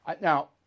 Now